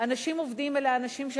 אנשים עובדים הם אנשים בריאים יותר,